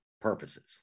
purposes